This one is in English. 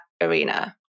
arena